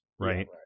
right